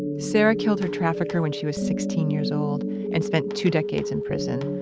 sara killed her trafficker when she was sixteen years old and spent two decades in prison.